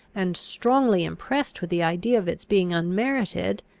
and strongly impressed with the idea of its being unmerited,